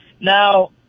Now